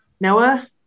Noah